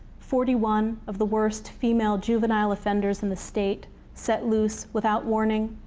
forty one of the worst female juvenile offenders in the state set lose without warning,